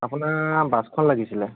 আপোনাৰ বাছখন লাগিছিল